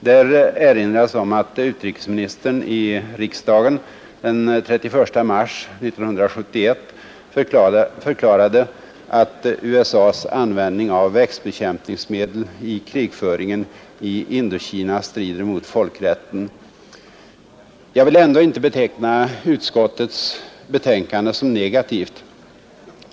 Där erinras om att utrikesministern i riksdagen den 31 mars 1971 förklarade att USA s ”användning av växtbekämpningsmedel i krigföringen i Indokina strider mot folkrätten”. Jag vill ändå inte beteckna utskottets betänkande som negativt.